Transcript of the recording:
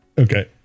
Okay